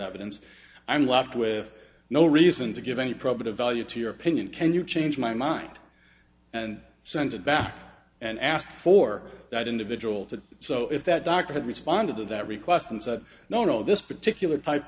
evidence i'm left with no reason to give any problem of value to your opinion can you change my mind and send it back and ask for that individual to so if that doctor had responded to that request and said no no this particular type